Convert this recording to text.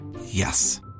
Yes